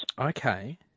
Okay